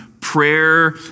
prayer